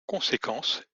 conséquence